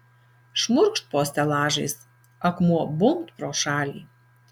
šmurkšt po stelažais akmuo bumbt pro šalį